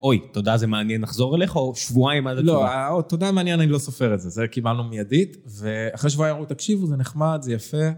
אוי, תודה, זה מעניין, נחזור אליך, או שבועיים עד עכשיו? לא, תודה, מעניין, אני לא סופר את זה, זה קיבלנו מיידית ואחרי שבועיים אמרו, תקשיבו, זה נחמד, זה יפה.